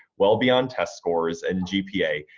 well beyond test scores and gpa.